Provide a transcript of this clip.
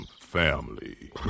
family